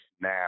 now